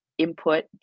input